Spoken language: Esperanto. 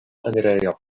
enirejo